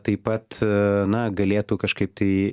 taip pat a na galėtų kažkaip tai